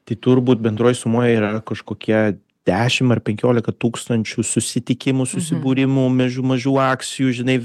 tai turbūt bendroj sumoj yra kažkokia dešim ar penkiolika tūkstančių susitikimų susibūrimų mežų mažų akcijų žinai